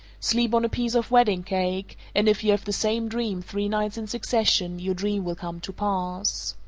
sleep on a piece of wedding cake, and if you have the same dream three nights in succession, your dream will come to pass.